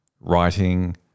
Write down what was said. writing